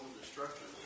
destruction